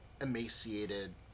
emaciated